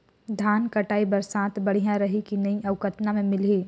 धान कटाई बर साथ बढ़िया रही की नहीं अउ कतना मे मिलही?